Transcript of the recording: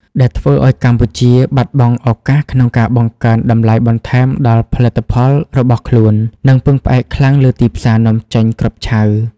ដែលធ្វើឱ្យកម្ពុជាបាត់បង់ឱកាសក្នុងការបង្កើនតម្លៃបន្ថែមដល់ផលិតផលរបស់ខ្លួន និងពឹងផ្អែកខ្លាំងលើទីផ្សារនាំចេញគ្រាប់ឆៅ។